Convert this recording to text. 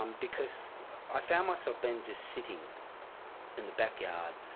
um because i found myself then just sitting in the backyard,